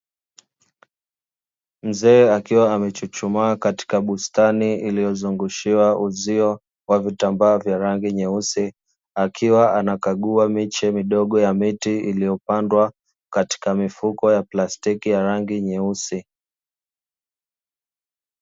Mzee akiwa amechuchumaa katika bustani iliyozungushiwa uzio wa vitambaa vya rangi nyeusi, akiwa anakagua miche midogo ya miti iliyopandwa katika mifuko ya plastiki ya rangi nyeusi.